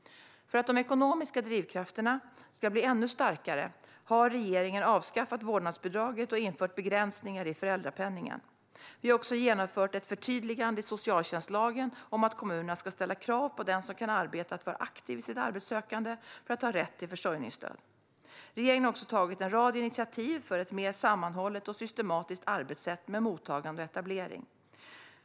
För att de ekonomiska drivkrafterna ska bli ännu starkare har regeringen avskaffat vårdnadsbidraget och infört begränsningar i föräldrapenningen. Vi har också genomfört ett förtydligande i socialtjänstlagen om att kommunerna ska ställa krav på den som kan arbeta att vara aktiv i sitt arbetssökande för att personen ska ha rätt till försörjningsstöd. Regeringen har också tagit en rad initiativ för ett mer sammanhållet och systematiskt arbetssätt med mottagande och etablering.